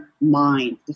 mind